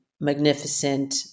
magnificent